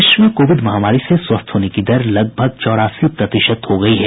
देश में कोविड महामारी से स्वस्थ होने की दर लगभग चौरासी प्रतिशत हो गई है